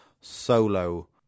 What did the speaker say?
solo